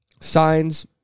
Signs